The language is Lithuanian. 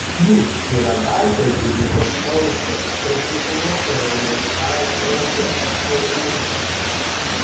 jis yra baltijos gynybos koledžo ir sausumos kariuomenės karo koledžo absolventas